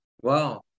Wow